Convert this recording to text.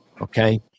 okay